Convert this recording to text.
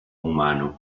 humano